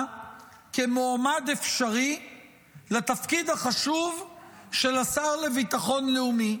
כמועמד אפשרי לתפקיד החשוב של השר לביטחון לאומי,